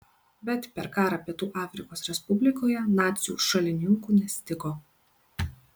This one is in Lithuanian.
bet per karą pietų afrikos respublikoje nacių šalininkų nestigo